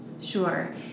Sure